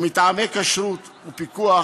ומטעמי כשרות ופיקוח,